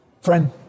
Friend